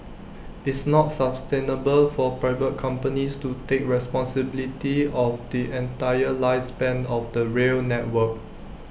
it's not sustainable for private companies to take responsibility of the entire lifespan of the rail network